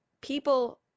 People